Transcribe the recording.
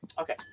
Okay